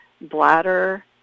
bladder